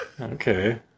okay